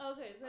Okay